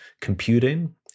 computing